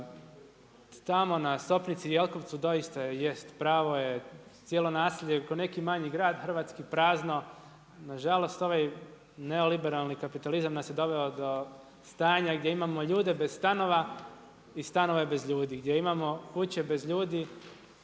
Tamo na stopnici u Jelkovcu, doista i jest pravo je cijelo naselje ko neki manji grad u Hrvatskoj prazno. Nažalost, ovaj neoliberalni kapitalizam nas je doveo do stanja gdje imamo ljude bez stanova i stanove bez ljudi. Gdje imamo kuće bez ljudi